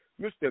Mr